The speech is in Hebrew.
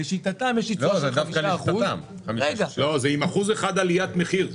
לשיטתם יש לי תשואה --- זה עם אחוז אחד עליית מחיר,